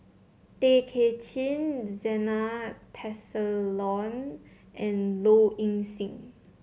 Tay Kay Chin Zena Tessensohn and Low Ing Sing